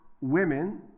women